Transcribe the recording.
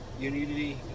Unity